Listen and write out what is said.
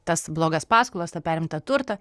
tas blogas paskolas tą perimtą turtą